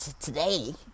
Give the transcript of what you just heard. today